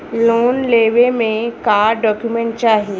Loan लेवे मे का डॉक्यूमेंट चाही?